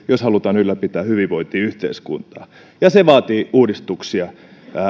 jos halutaan ylläpitää hyvinvointiyhteiskuntaa se vaatii uudistuksia